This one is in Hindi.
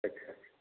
अच्छा अच्छा